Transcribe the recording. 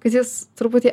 kad jis truputį